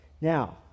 Now